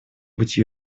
быть